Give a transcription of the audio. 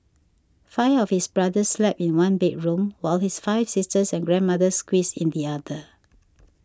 five of his brothers slept in one bedroom while his five sisters and grandmother squeezed in the other